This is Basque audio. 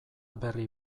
berri